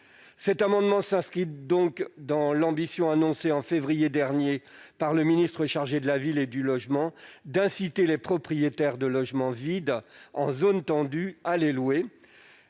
Cet amendement vise donc à exprimer l'ambition annoncée au mois de février dernier par le ministre chargé de la ville et du logement : inciter les propriétaires de logements vides en zone tendue à les louer.